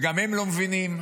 והם גם לא מבינים,